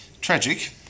Tragic